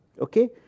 okay